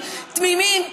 הורגים, רוצחים.